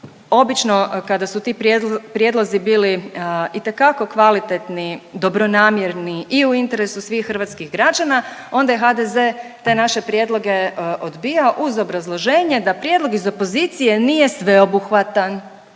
Obično kada su ti prijedlozi bili itekako kvaliteti, dobronamjerni i u interesu svih hrvatskih građana onda je HDZ te naše prijedloge odbijao uz obrazloženje da prijedlog iz opozicije nije sveobuhvatan